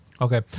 Okay